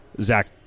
Zach